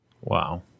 Wow